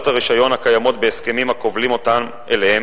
הרשיון הקיימות בהסכמים הכובלים אותם אליהן,